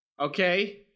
Okay